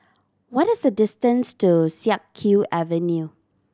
what is the distance to Siak Kew Avenue